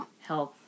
health